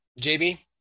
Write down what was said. jb